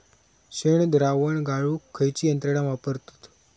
शेणद्रावण गाळूक खयची यंत्रणा वापरतत?